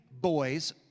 boys